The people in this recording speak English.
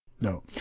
No